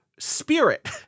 Spirit